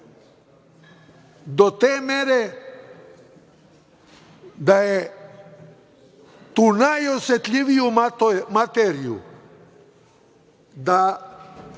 do te mere da je tu najosetljiviju materiju, da